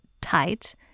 tight